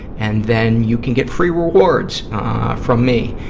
and then you can get free rewards from me.